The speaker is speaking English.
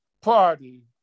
Party